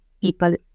people